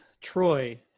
Troy